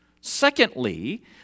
Secondly